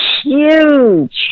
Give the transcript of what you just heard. huge